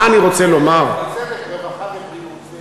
רווחה ובריאות זה,